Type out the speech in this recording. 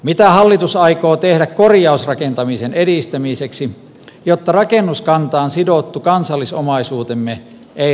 mitä hallitus aikoo tehdä korjausrakentamisen edistämiseksi jotta rakennuskantaan sidottu kansallisomaisuutemme ei